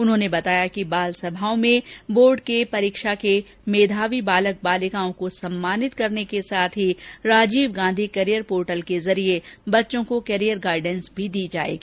उन्होंने बताया कि बालसभाओं में बोर्ड परीक्षा के मेधावी बालक बालिकाओं को सम्मानित करने के साथ ही राजीव गाँधी कैरियर पोर्टल के जरिए बच्चों को कैरियर गाइडेंस भी दी जाएगी